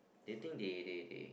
do you they they they